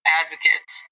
advocates